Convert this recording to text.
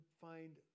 find